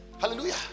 Hallelujah